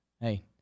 Hey